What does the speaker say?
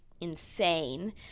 insane